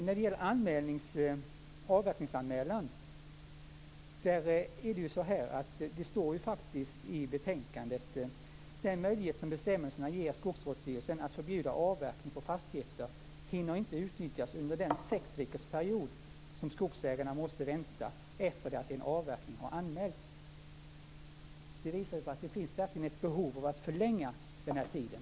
När det gäller avverkningsanmälan står det i betänkandet: Den möjlighet som bestämmelserna ger Skogsstyrelsen att förbjuda avverkning på fastigheter hinner inte utnyttjas under den sexveckorsperiod som skogsägarna måste vänta efter det att en avverkning har anmälts. Det visar ju på att det verkligen finns ett behov av att förlänga den här tiden.